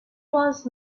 was